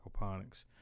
aquaponics